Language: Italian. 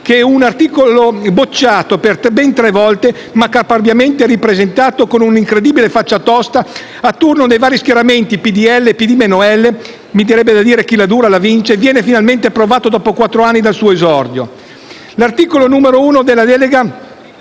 che un articolo bocciato per ben tre volte, ma caparbiamente ripresentato con un'incredibile faccia tosta, a turno dai vari schieramenti PDL e "PD meno L" - mi verrebbe da dire «chi la dura la vince» - viene finalmente approvato dopo quattro anni dal suo esordio. L'articolo 1, che prevede la delega